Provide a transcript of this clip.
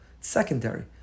Secondary